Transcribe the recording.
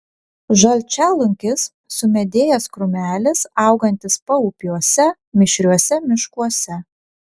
žalčialunkis sumedėjęs krūmelis augantis paupiuose mišriuose miškuose